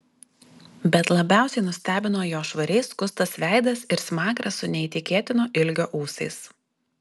bet labiausiai nustebino jo švariai skustas veidas ir smakras su neįtikėtino ilgio ūsais